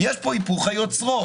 אבל פה יש היפוך של היוצרות.